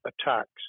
attacks